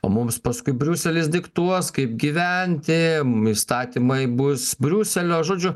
o mums paskui briuselis diktuos kaip gyventi mum įstatymai bus briuselio žodžiu